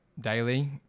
daily